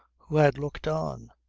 who had looked on,